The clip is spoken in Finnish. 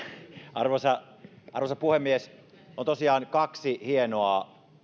arvoisa arvoisa puhemies on tosiaan kaksi hienoa